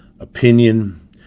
opinion